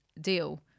deal